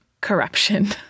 corruption